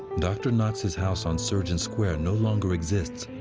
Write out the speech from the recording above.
dr. knox's house on surgeon's square no longer exists,